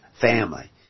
family